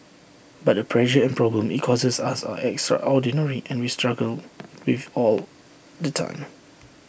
but the pressure and problems IT causes us are extraordinary and we struggle with all the time